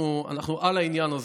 אנחנו על העניין הזה.